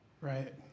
Right